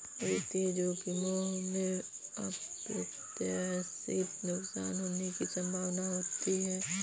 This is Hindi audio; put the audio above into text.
वित्तीय जोखिमों में अप्रत्याशित नुकसान होने की संभावना होती है